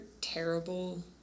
terrible